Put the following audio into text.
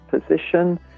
position